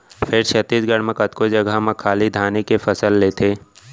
फेर छत्तीसगढ़ म कतको जघा म खाली धाने के फसल लेथें